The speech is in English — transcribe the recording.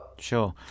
Sure